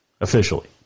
officially